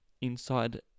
inside